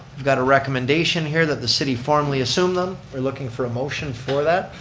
i've got a recommendation here that the city formerly assume them. we're looking for a motion for that.